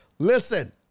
listen